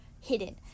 hidden